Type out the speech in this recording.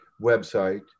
website